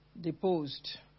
deposed